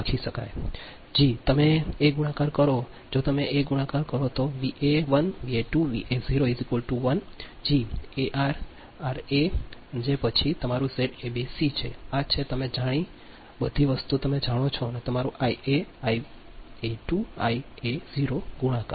જી તમે એ દ્વારા ગુણાકાર કરો જો તમે એ દ્વારા ગુણાકાર કરો તો તે વીએ 1 વીએ 2 વીએ 0 1 જી આ એઆ 1 આર બરાબર છે પછી આ તમારું ઝૅએબીસી છે આ એ છે તમે જાણો આ બધી વસ્તુઓ તમે જાણો છો અને આ તમારું આઈએ 1 આઇએ 2 આઇએ 0 ગુણાકાર